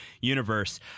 universe